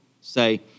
Say